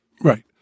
Right